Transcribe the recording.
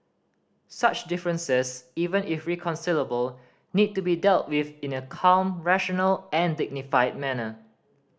such differences even if irreconcilable need to be dealt with in a calm rational and dignified manner